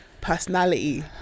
personality